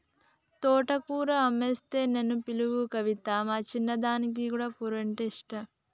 తోటకూర అమ్మొస్తే నన్ను పిలువు కవితా, మా చిన్నదానికి గా కూరంటే ఇష్టం